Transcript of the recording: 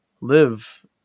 live